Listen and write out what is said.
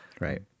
right